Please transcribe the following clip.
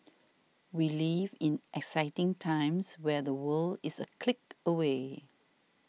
we live in exciting times where the world is a click away